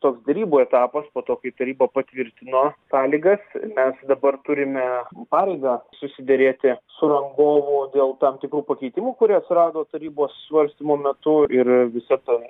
toks derybų etapas po to kai taryba patvirtino sąlygas mes dabar turime pareigą susiderėti su rangovu dėl tam tikrų pakeitimų kurie atsirado tarybos svarstymo metu ir visa tai